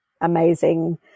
amazing